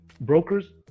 brokers